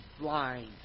blind